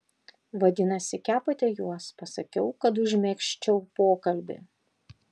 vadinasi kepate juos pasakiau kad užmegzčiau pokalbį